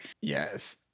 Yes